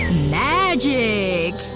magic!